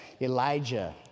Elijah